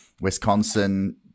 Wisconsin